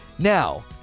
Now